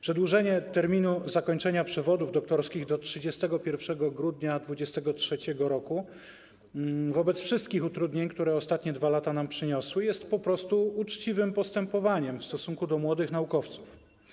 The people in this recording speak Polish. Przedłużenie terminu zakończenia przewodów doktorskich do 31 grudnia 2023 r. wobec wszystkich utrudnień, które ostatnie 2 lata nam przyniosły, jest po prostu uczciwym postępowaniem w stosunku do młodych naukowców.